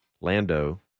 Lando